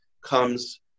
comes